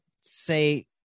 say